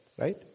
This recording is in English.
right